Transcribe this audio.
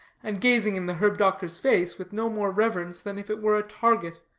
and gazing in the herb-doctor's face with no more reverence than if it were a target.